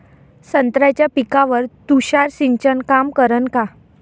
संत्र्याच्या पिकावर तुषार सिंचन काम करन का?